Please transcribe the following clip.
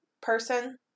person